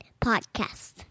Podcast